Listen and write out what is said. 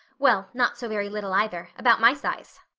well, not so very little either about my size.